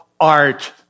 art